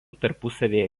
tarpusavyje